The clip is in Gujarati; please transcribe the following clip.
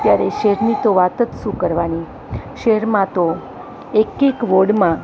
ત્યારે શહેરની તો વાત જ શું કરવાની શહેરમાં તો એક એક વોર્ડમાં